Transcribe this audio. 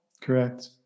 Correct